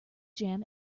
jam